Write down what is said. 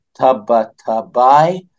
Tabatabai